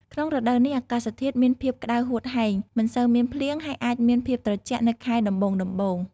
ក្នុងរដូវនេះអាកាសធាតុមានភាពក្តៅហួតហែង មិនសូវមានភ្លៀង ហើយអាចមានភាពត្រជាក់នៅខែដំបូងៗ។